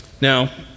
Now